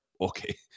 okay